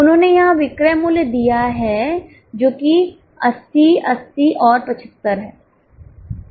उन्होंने यहाँ विक्रय मूल्य दिया है जो कि 80 80 और 75 है